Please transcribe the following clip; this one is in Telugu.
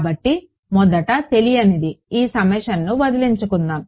కాబట్టి మొదట తెలియనిది ఈ సమ్మేషన్ను వదిలించుకుందాం